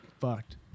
Fucked